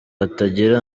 hatagira